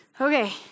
Okay